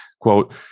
quote